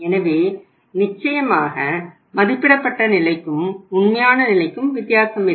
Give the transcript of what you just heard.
எனவே நிச்சயமாக மதிப்பிடப்பட்ட நிலைக்கும் உண்மையான நிலைக்கும் வித்தியாசம் இருக்கும்